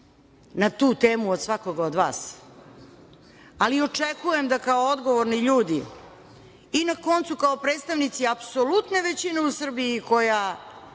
na tu temu od svakog od vas, ali očekujem da kao odgovorni ljudi i na kraju kao predstavnici apsolutne većine u Srbiji koja